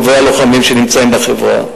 טובי הלוחמים שנמצאים בחברה.